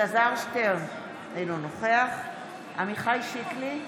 אלעזר שטרן, אינו נוכח עמיחי שיקלי,